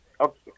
Okay